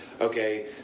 Okay